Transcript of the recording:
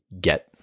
get